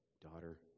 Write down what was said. daughter